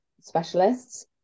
Specialists